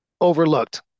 overlooked